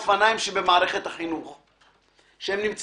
שירצה לרכוב על אופניים מראש העין לתל-אביב.